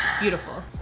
beautiful